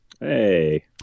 Hey